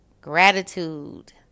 Gratitude